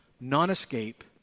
non-escape